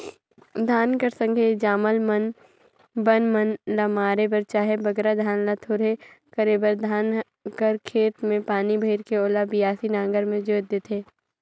धान कर संघे जामल बन मन ल मारे बर चहे बगरा धान ल थोरहे करे बर धान कर खेत मे पानी भइर के ओला बियासी नांगर मे जोएत देथे